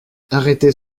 arrêtez